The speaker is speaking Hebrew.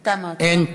אין.